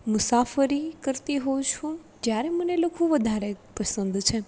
મુસાફરી કરતી હોઉં છું ત્યારે મને લખવું વધારે પસંદ છે